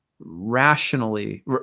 rationally